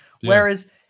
Whereas